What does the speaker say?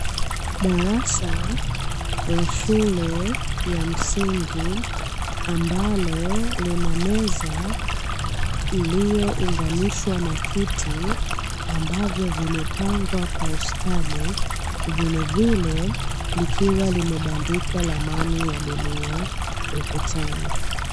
Darasa la shule ya msingi ambalo lina meza iliyounganishwa na kiti ambavyo vimepangwa kwa ustadi, vilevile likiwa limebandikwa ramani ya dunia ukutani.